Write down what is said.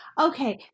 okay